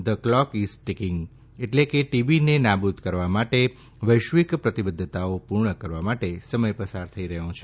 the clock is ticking એટલે કે ટીબીને નાબુદ કરવા માટે વૈશ્વીક પ્રતિબધ્ધતાઓ પુર્ણ કરવા માટે સમય પસાર થઇ રહથો છે